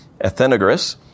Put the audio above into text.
Athenagoras